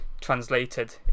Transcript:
translated